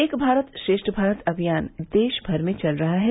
एक भारत श्रेष्ठ भारत अभियान देश भर में चल रहा है